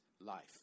life